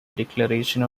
declaration